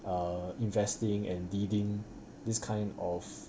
err investing and leading this kind of